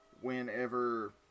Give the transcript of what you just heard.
whenever